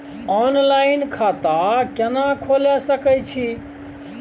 Online खाता केना खोले सकै छी?